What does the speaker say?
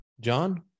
John